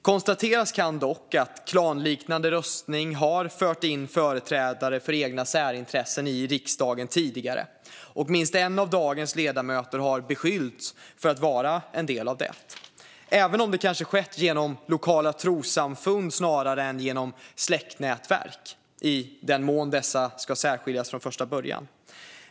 Konstateras kan dock att klanliknande röstning har fört in företrädare för egna särintressen i riksdagen tidigare och att minst en av dagens ledamöter har beskyllts för att vara en del av det, även om det kanske skett genom lokala trossamfund snarare än genom släktnätverk, i den mån dessa från första början ska särskiljas.